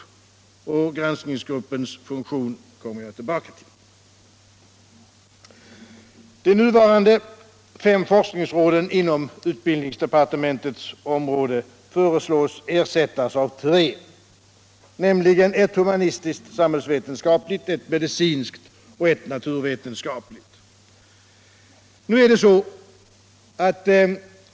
Till frågan om granskningsgruppens funktion återkommer jag. De nuvarande fem forskningsråden inom utbildningsdepartementets område föreslås ersättas av tre, nämligen ett humanistiskt-samhällsvetenskapligt, ett medicinskt och ett naturvetenskapligt.